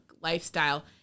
lifestyle